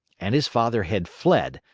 and his father had fled,